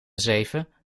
zeven